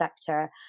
sector